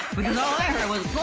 because all i heard was